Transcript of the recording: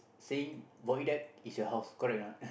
saying void deck is your house correct or not